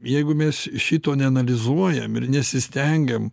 jeigu mes šito neanalizuojam ir nesistengiam